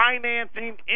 financing